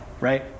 right